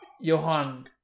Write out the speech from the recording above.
Johan